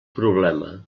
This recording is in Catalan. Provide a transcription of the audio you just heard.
problema